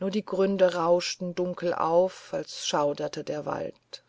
nur die gründe rauschten dunkel auf als schauderte der wald